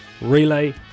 relay